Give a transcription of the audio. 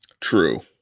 True